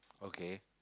okay